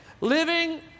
living